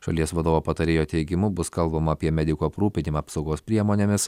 šalies vadovo patarėjo teigimu bus kalbama apie medikų aprūpinimą apsaugos priemonėmis